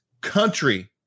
country